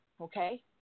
okay